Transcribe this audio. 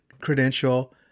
credential